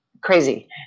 Crazy